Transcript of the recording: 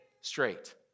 straight